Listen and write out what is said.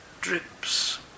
drips